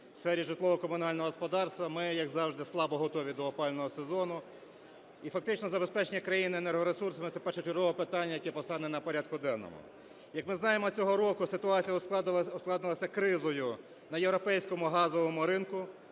У сфері житлово-комунального господарства ми, як завжди, слабо готові до опалювального сезону. І фактично забезпечення країни енергоресурсами – це першочергове питання, яке постане на порядку денному. Як ми знаємо, цього року ситуація ускладнилася кризою на європейському газовому ринку,